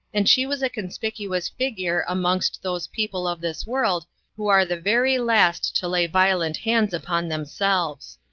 and she was a conspicuous figure amongst those people of this world who are the very last to lay violent hands upon themselves.